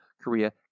Korea